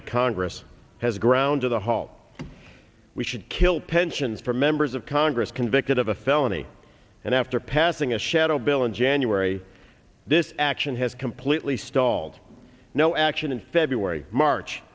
the congress has ground to the halt we should kill pensions for members of congress convicted of a felony and after passing a shadow bill in january this action has completely stalled no action in february march